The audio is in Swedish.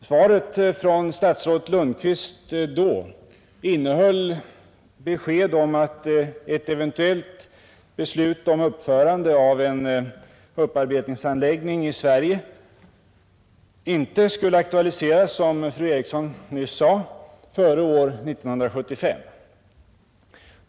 Svaret från statsrådet Lundkvist då innehöll besked om att ett eventuellt beslut om uppförande av en upparbetningsanläggning i Sverige inte skulle aktualiseras, som fru Eriksson i Stockholm nyss sade, före år 1975.